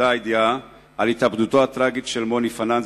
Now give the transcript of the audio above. הידיעה על התאבדותו הטרגית של מוני פנאן,